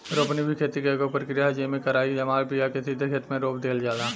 रोपनी भी खेती के एगो प्रक्रिया ह, जेइमे जरई जमाल बिया के सीधे खेते मे रोप दिहल जाला